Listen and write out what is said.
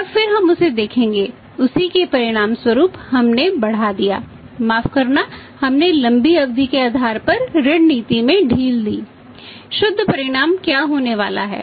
और फिर हम उसे देखेंगे उसी के परिणामस्वरूप हमने बढ़ा दिया माफ़ करना हमने लंबी अवधि के आधार पर ऋण नीति में ढील दी शुद्ध परिणाम क्या होने वाला है